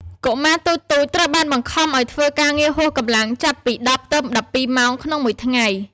កុមារតូចៗត្រូវបានបង្ខំឱ្យធ្វើការងារហួសកម្លាំងចាប់ពី ១០ ទៅ ១២ ម៉ោងក្នុងមួយថ្ងៃ។